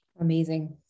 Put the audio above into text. Amazing